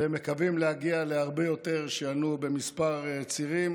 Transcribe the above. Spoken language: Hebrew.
והם מקווים להגיע להרבה יותר, שינועו בכמה צירים,